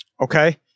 Okay